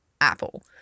Apple